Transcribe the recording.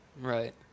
Right